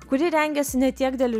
kuri rengiasi ne tiek dėl